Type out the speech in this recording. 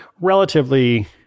relatively